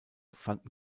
fanden